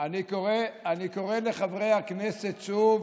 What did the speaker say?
אני קורא לחברי הכנסת שוב